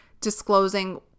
disclosing